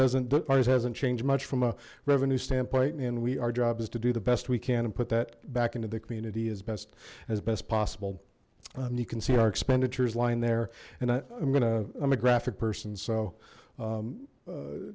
virus hasn't changed much from a revenue standpoint and we our job is to do the best we can and put that back into the community as best as best possible you can see our expenditures line there and i'm gonna i'm a graphic person so